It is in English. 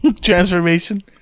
Transformation